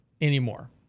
anymore